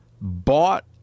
bought